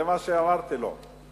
זה מה שאמרתי לו.